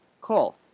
Call